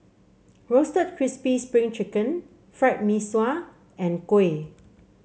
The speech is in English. Roasted Crispy Spring Chicken Fried Mee Sua and Kuih